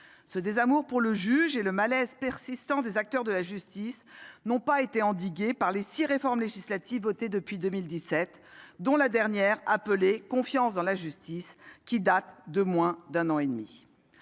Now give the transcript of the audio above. ce désamour pour le juge ni le malaise persistant des acteurs de la justice n'ont été endigués par les six réformes législatives votées depuis 2017, dont la dernière, baptisée « loi pour la confiance dans l'institution judiciaire », date de moins d'un an et demi.